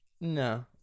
no